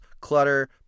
clutter